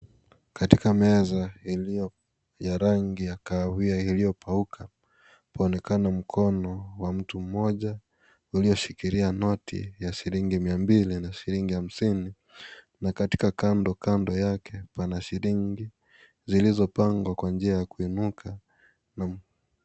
Katika meza iliyo ya rangi ya kahawia iliyopauka. waonekana mkono wa mtu mmoja ulioshikilia noti ya shilingi miambili na shilingi hamsini na katika kandokando yake pana shilingi zilizopangwa kwa njia ya kuinuka na.